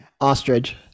Ostrich